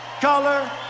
color